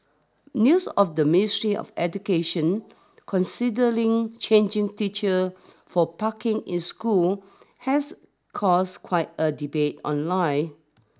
news of the ministry of education considering charging teacher for parking in schools has caused quite a debate online